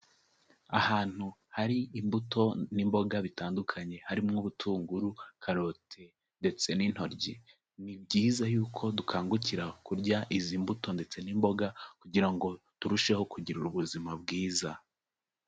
Ahantu hari imbuto n'imboga bitandukanye harimwo ubutunguru, karote ndetse n'intoryi, ni byiza y'uko dukangukira kurya izi mbuto ndetse n'imboga kugira ngo turusheho kugira ubuzima bwiza.